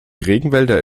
regenwälder